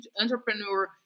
entrepreneur